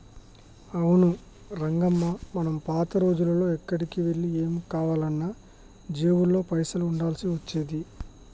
అవును రంగమ్మ మనం పాత రోజుల్లో ఎక్కడికి వెళ్లి ఏం కావాలన్నా జేబులో పైసలు ఉండాల్సి వచ్చేది